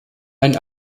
ein